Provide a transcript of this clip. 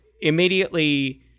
immediately